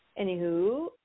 anywho